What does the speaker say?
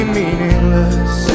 meaningless